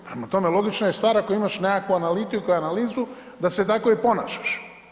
Prema tome, logična je stvar ako imaš nekakvu analitiku i analizu da se tako i ponašaš.